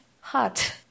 hot